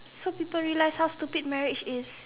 so people realise how stupid marriage is